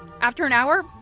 after an hour,